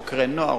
חוקרי נוער,